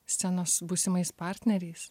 scenos su būsimais partneriais